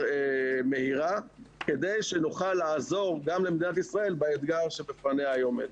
מהירה כדי שגם נוכל לעזור למדינת ישראל באתגר בפניו היא עומדת.